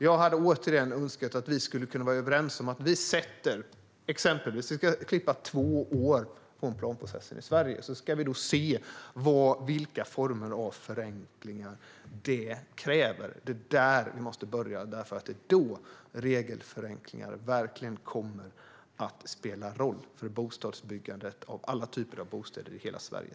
Jag hade som sagt önskat att vi kunde vara överens om att säga att vi ska klippa exempelvis två år från planprocessen i Sverige, och så ska vi se vilka former av förenklingar det kräver. Det är där vi måste börja, för det är då regelförenklingar verkligen kommer att spela roll för byggandet av alla typer av bostäder i hela Sverige.